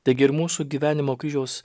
taigi ir mūsų gyvenimo kryžiaus